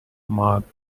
marked